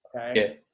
okay